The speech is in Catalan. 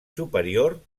superior